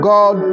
God